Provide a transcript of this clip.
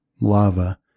lava